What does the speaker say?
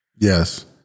Yes